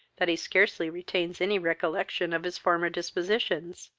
that he scarcely retains any recollection of his former dispositions